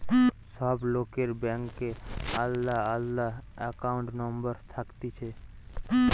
সব লোকের ব্যাংকে আলদা আলদা একাউন্ট নম্বর থাকতিছে